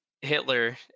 Hitler